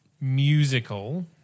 musical